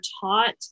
taught